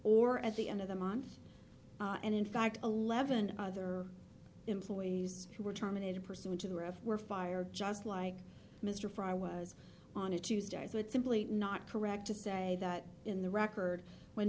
or at the end of the month and in fact eleven other employees who were terminated pursuant to the roof were fired just like mr fry was on a tuesday it would simply not correct to say that in the record when